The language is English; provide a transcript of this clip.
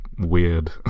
weird